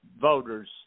voters